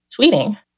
tweeting